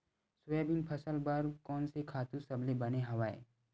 Soybean फसल बर कोन से खातु सबले बने हवय?